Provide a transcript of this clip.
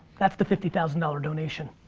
that's the fifty thousand dollars donation.